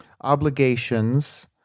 obligations